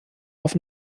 auf